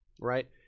right